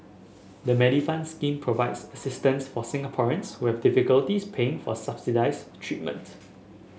the Medifund scheme provides assistance for Singaporeans who have difficulties paying for subsidized treatment